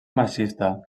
marxista